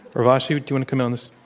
urvashi to and come in on this?